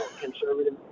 conservative